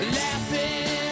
laughing